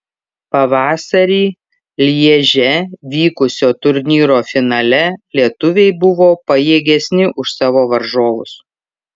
pavasarį lježe vykusio turnyro finale lietuviai buvo pajėgesni už savo varžovus